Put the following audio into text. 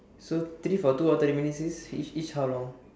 so three for two hour thirty minute each each how long